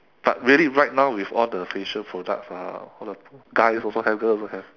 but really right now with all the facial products ah all the guys also have girls also have